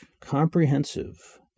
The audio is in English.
comprehensive